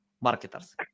marketers